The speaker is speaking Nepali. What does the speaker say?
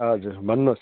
हजुर भन्नुहोस्